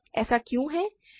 ऐसा क्यों है